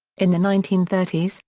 in the nineteen thirty s,